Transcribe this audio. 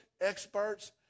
experts